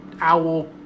owl